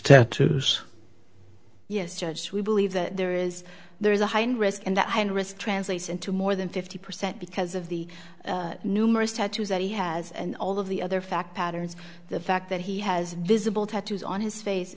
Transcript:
tattoo yes judge we believe that there is there is a heightened risk and that one risk translates into more than fifty percent because of the numerous tattoos that he has and all of the other fact patterns the fact that he has visible tattoos on his face